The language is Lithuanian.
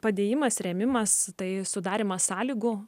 padėjimas rėmimas tai sudarymas sąlygų